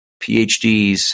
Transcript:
PhDs